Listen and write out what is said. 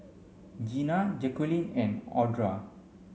Gina Jaqueline and Audra